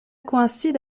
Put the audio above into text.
coïncide